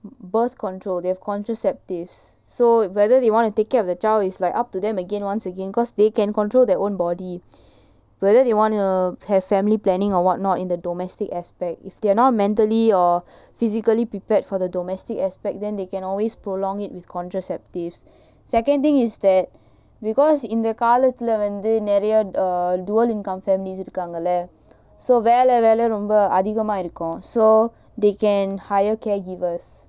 birth control they have contraceptives so whether they want to take care of the child is like up to them again once again because they can control their own body whether they want to have family planning or what not in the domestic aspect if they're not mentally or physically prepared for the domestic aspect then they can always prolong it with contraceptives second thing is that because இந்த காலத்துல வந்து நெறய:intha kaalathula vanthu neraya uh dual income families இருக்காங்கல்ல:irukkaangalla so வேல வேல ரொம்ப அதிகமா இருக்கும்:vela vela romba athigamaa irukum so they can hire caregivers